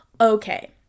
Okay